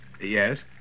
Yes